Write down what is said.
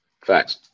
Facts